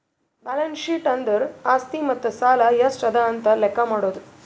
balance sheet ಅಂದುರ್ ಆಸ್ತಿ ಮತ್ತ ಸಾಲ ಎಷ್ಟ ಅದಾ ಅಂತ್ ಲೆಕ್ಕಾ ಮಾಡದು